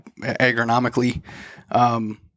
agronomically